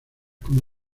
como